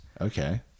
okay